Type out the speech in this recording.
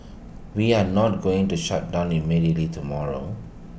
we are not going to shut down immediately tomorrow